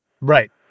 Right